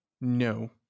No